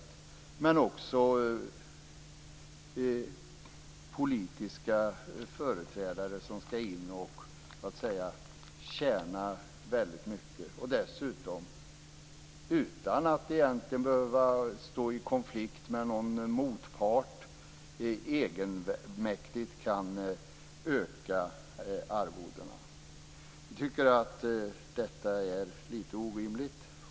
Det finns också politiska företrädare som skall in och tjäna väldigt mycket. Utan att stå i konflikt med någon motpart kan de egenmäktigt öka arvodena. Vi tycker att detta är lite orimligt.